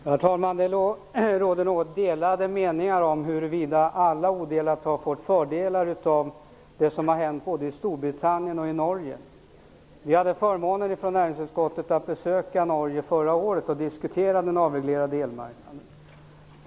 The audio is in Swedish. Herr talman! Det råder något delade meningar om huruvida alla odelat har fått fördelar av det som har hänt både i Storbritannien och i Norge. Vi i näringsutskottet hade förmånen att besöka Norge förra året och diskutera den avreglerade elmarknaden.